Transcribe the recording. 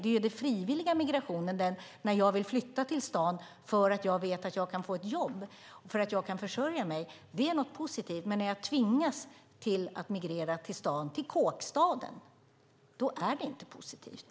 Det är den frivilliga migrationen, när jag vill flytta till staden för att jag vet att jag kan få ett jobb så att jag kan försörja mig, som är något positivt. När jag tvingas migrera till staden, till kåkstaden, är det inte positivt.